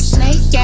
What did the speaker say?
Snake